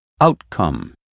outcome